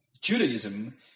Judaism